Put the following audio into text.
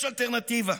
יש אלטרנטיבה,